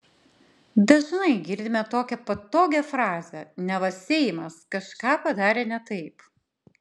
dažnai girdime tokią patogią frazę neva seimas kažką padarė ne taip